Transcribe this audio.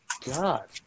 god